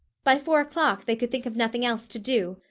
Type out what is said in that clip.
by four o'clock, they could think of nothing else to do.